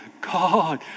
God